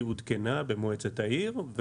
היא עודכנה במועצת העיר.